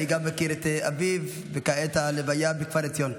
אני גם מכיר את אביו, וכעת הלוויה בכפר עציון.